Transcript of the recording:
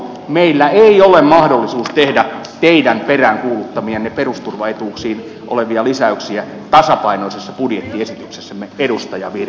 meillä ei ole mahdollisuutta tehdä teidän peräänkuuluttamianne perusturvaetuuksiin kuuluvia lisäyksiä tasapainoisessa budjettiesityksessämme edustaja virtanen